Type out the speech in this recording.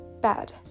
bad